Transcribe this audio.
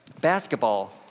basketball